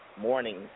morning